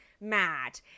mad